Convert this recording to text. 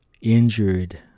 injured